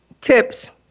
tips